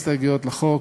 הסתייגויות לחוק,